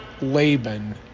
Laban